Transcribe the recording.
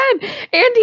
Andy